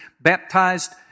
Baptized